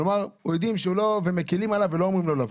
כלומר מקלים עליו ולא אומרים לו לבוא.